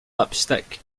lipstick